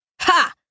Ha